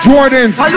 Jordans